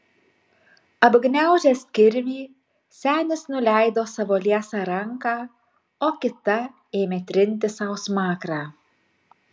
apgniaužęs kirvį senis nuleido savo liesą ranką o kita ėmė trinti sau smakrą